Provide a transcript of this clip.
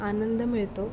आनंद मिळतो